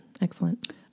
excellent